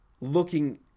looking